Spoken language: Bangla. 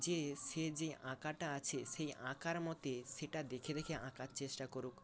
যে সে যে আঁকাটা আছে সেই আঁকার মতে সেটা দেখে দেখে আঁকার চেষ্টা করুক